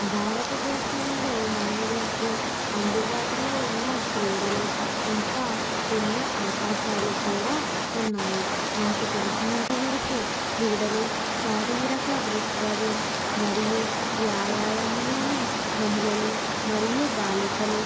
భారతదేశంలో మహిళలకు అందుబాటులో ఉన్న క్రీడలు ఇంకా ఎన్నో అవకాశాలు కూడా ఉన్నాయి నాకు తెలిసినంతవరకు క్రీడలు శారీరక ధృడత్వం మరియు వ్యాయామం మహిళలు మరియు బాలికలు